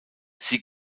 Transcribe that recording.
sie